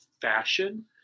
fashion